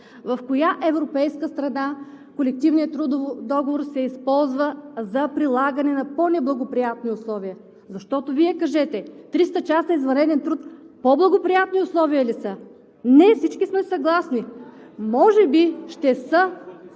В коя европейска страна колективният трудов договор се използва за прилагане на по-неблагоприятни условия? Защото Вие кажете 300 часа извънреден труд по-благоприятни условия ли са? Не, всички сме съгласни. Може би ще са,